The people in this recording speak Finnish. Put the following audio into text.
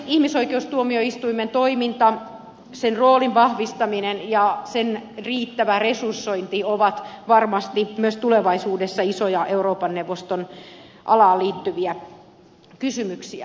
ihmisoikeustuomioistuimen toiminta sen roolin vahvistaminen ja sen riittävä resursointi ovat varmasti myös tulevaisuudessa isoja euroopan neuvoston alaan liittyviä kysymyksiä